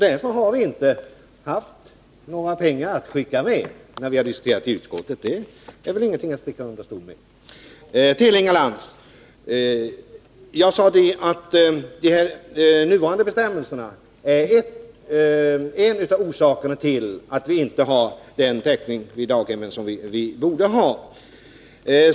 Därför har vi inte haft några pengar att skicka med, när vi har diskuterat i utskottet. Det är väl ingenting att sticka under stol med. Till Inga Lantz: Jag sade att de nuvarande bestämmelserna är en av orsakerna till att vi inte har den täckning i fråga om daghem som vi borde ha.